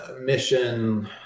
mission